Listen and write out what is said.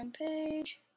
page